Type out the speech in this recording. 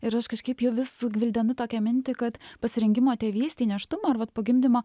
ir aš kažkaip jau vis sugvildenu tokią mintį kad pasirengimo tėvystei nėštumo ar vat po gimdymo